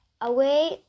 Away